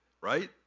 right